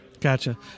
Gotcha